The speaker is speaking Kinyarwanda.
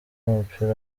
w’umupira